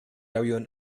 avión